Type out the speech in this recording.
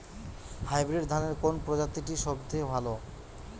Hybrid ধানের কোন প্রজীতিটি সবথেকে ভালো?